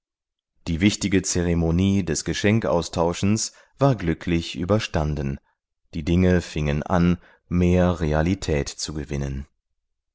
die wichtige zeremonie des geschenkaustauschens war glücklich überstanden die dinge fingen an mehr realität zu gewinnen